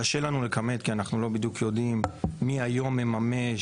קשה לנו לכמת כי אנחנו לא בדיוק יודעים מי היום מממש